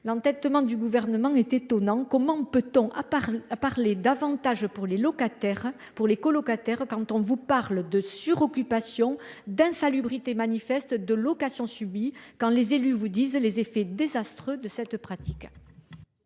L’entêtement du Gouvernement est étonnant. Comment peut on parler d’avantages pour les colocataires quand il s’agit de suroccupation, d’insalubrité manifeste et de location subie, et quand les élus décrivent les effets désastreux de cette pratique ?